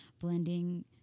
blending